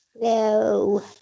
No